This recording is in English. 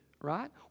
right